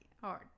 hard